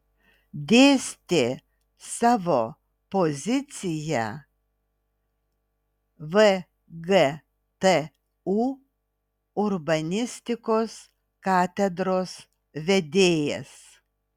dėstė savo poziciją vgtu urbanistikos katedros vedėjas